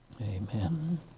Amen